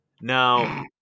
Now